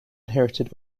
inherited